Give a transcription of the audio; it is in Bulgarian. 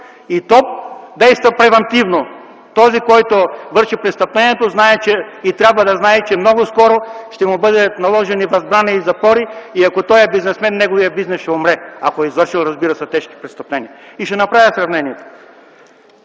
и то действа превантивно – този, който върши престъплението, знае и трябва да знае, че много скоро ще му бъдат наложени възбрана и запори и ако той е бизнесмен, неговият бизнес ще умре. Ако е извършил, разбира се, тежки престъпления. Ще направя сравнение: